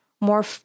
more